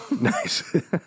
Nice